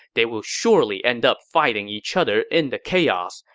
they will surely end up fighting each other in the chaos,